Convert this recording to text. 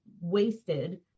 wasted